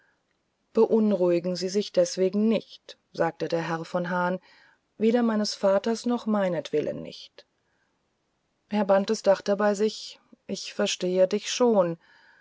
beunruhigen sie sich deswegen nicht sagte der herr von hahn weder meines vaters noch meinetwillen nicht herr bantes dachte bei sich ich verstehe dich schon